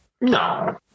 No